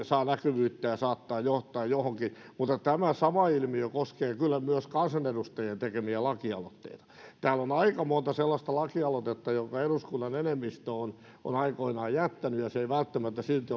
saa näkyvyyttä ja saattaa johtaa johonkin mutta tämä sama ilmiö koskee kyllä myös kansanedustajien tekemiä lakialoitteita täällä on aika monta sellaista lakialoitetta jotka eduskunnan enemmistö on on aikoinaan jättänyt ja jotka eivät välttämättä silti